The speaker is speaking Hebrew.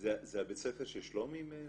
--- זה בית ספר ששלומי מנהל?